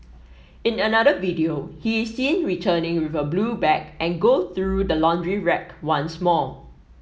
in another video he is seen returning with a blue bag and goes through the laundry rack once more